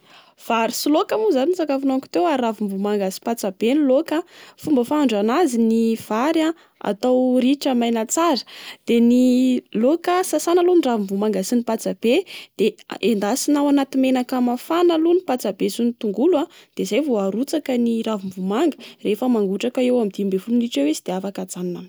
Vary sy loka moa i zany ny sakafo nohaniko teo ary ravimbomanga sy patsa-be no laoka. Fomba fahandro anazy, ny vary a atao ritra maina tsara. De ny laoka: sasana aloha ny ravimbomanga sy patsa-be, de endasina ao anaty menaka mafana aloha ny patsa-be sy tongolo a, de zay vao arotsaka ny ravimbomanga, rehefa mangotraka eo amin'ny dimy ambin'ny folo minitra eo izy de afaka ajanona amin'izay.